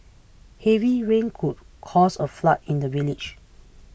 heavy rains could caused a flood in the village